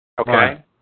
Okay